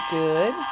good